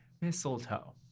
mistletoe